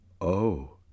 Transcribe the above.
Oh